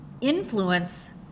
influence